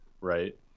right